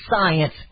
science